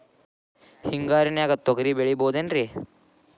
ಹಿಂಗಾರಿನ್ಯಾಗ ತೊಗ್ರಿ ಬೆಳಿಬೊದೇನ್ರೇ?